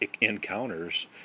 encounters